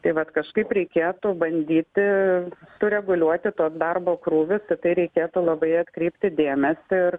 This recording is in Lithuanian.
tai vat kažkaip reikėtų bandyti sureguliuoti tuos darbo krūvius į tai reikėtų labai atkreipti dėmesį ir